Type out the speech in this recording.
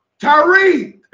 Tyree